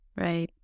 Right